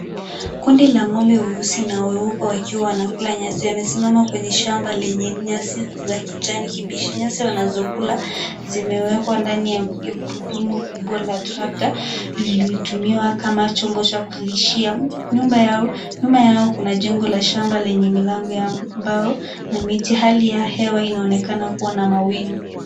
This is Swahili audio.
Kundi la ng'ombe weusi na weupe wakiwa wanakula nyasi, wamesimama kwenye shamba lenye nyasi za kijani kibichi. Nyasi wanazokula zimewekwa ndani ya gurudumu kubwa ya trekta, lililotumiwa kama chombo cha kulishia. Nyumba yao nyuma yao kuna jengo la shamba lenye milango ya mbao na miti. Hali ya hewa inaonekana kuwa na mawingu.